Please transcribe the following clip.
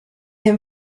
him